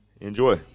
enjoy